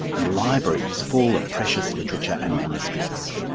and libraries full of precious literature and manuscripts.